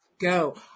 Go